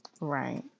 Right